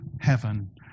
heaven